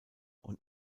und